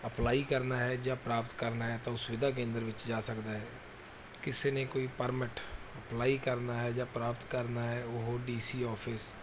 apply ਕਰਨਾ ਹੈ ਜਾਂ ਪ੍ਰਾਪਤ ਕਰਨਾ ਹੈ ਤਾਂ ਉਹ ਸੁਵਿਧਾ ਕੇਂਦਰ ਵਿੱਚ ਜਾ ਸਕਦਾ ਹੈ ਕਿਸੇ ਨੇ ਕੋਈ ਪਰਮਿਟ ਅਪਲਾਈ ਕਰਨਾ ਹੈ ਜਾਂ ਪ੍ਰਾਪਤ ਕਰਨਾ ਹੈ ਡੀ ਸੀ ਆਫਿਸ